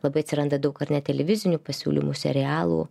labai atsiranda daug ar net televizinių pasiūlymų serialų